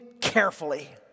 carefully